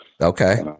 Okay